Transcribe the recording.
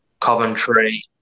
Coventry